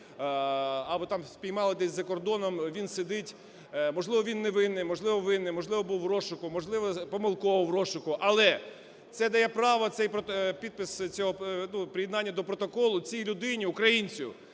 або там спіймали десь за кордоном, він сидить. Можливо, він невинний, можливо, винний, можливо, був у розшуку, можливо, помилково в розшуку. Але це дає право, цей підпис, цього приєднання до протоколу цій людині, українцю,